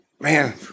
man